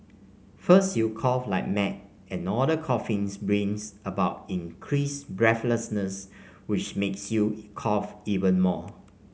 first you cough like mad and all the coughing brings about increased breathlessness which makes you cough even more